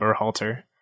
Berhalter